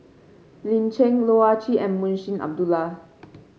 Lin Chen Loh Ah Chee and Munshi Abdullah